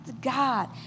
God